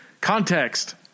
context